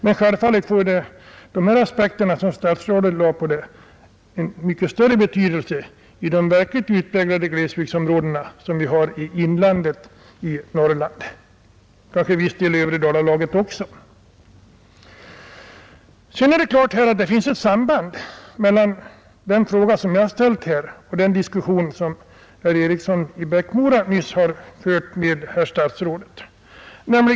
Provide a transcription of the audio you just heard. Men självfallet får de aspekter som statsrådet anlade på detta spörsmål en mycket större betydelse i de verkligt utpräglade glesbygdsområdena, som finns i Norrlands inland liksom kanske till viss del också i övre Dalarna. Det råder självfallet ett samband mellan den fråga som jag ställt och den som herr Eriksson i Bäckmora nyss diskuterade med statsrådet.